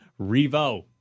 Revo